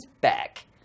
back